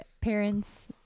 parents